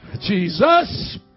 Jesus